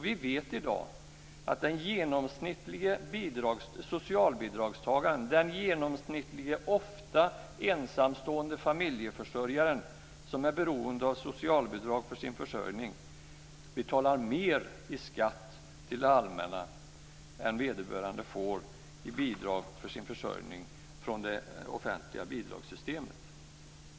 Vi vet i dag att den genomsnittlige socialbidragstagaren, ofta en ensamstående familjeförsörjare som är beroende av socialbidrag för sin försörjning, betalar mer i skatt till det allmänna än vederbörande får i bidrag för sin försörjning från det offentliga bidragssystemet.